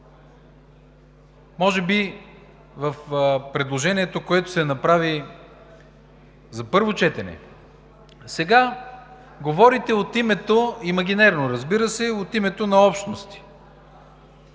може би в предложението, което се направи на първо четене. Сега говорите от името, имагинерно, разбира се, на общности.